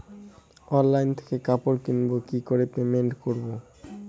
Online থেকে কাপড় কিনবো কি করে পেমেন্ট করবো?